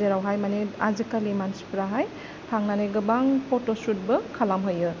जेरावहाय माने आजिकालि मानसिफ्राहाय थांनानै गोबां फत'शुतबो खालामहैयो